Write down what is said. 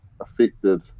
affected